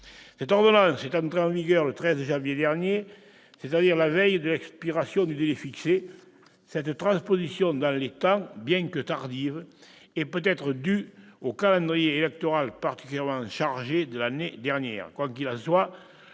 Cette ordonnance est entrée en vigueur le 13 janvier dernier, c'est-à-dire la veille de l'expiration du délai fixé. Ce caractère tardif de la transposition est peut-être dû au calendrier électoral particulièrement chargé de l'année dernière. Quoi qu'il en soit,